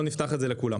לא נפתח את זה לכולם.